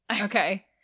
Okay